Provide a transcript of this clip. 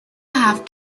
have